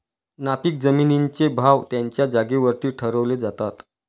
नापीक जमिनींचे भाव त्यांच्या जागेवरती ठरवले जातात